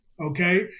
okay